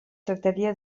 tractaria